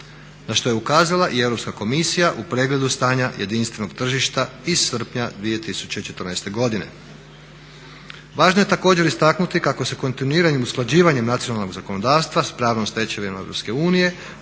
na što je ukazala i Europska komisija u pregledu stanja jedinstvenog tržišta iz srpnja 2014.godine. Važno je također istaknuti kako se kontinuiranim usklađivanjem nacionalnog zakonodavstva s pravnom stečevinom Europske unije